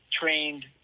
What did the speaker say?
trained